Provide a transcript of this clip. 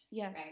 yes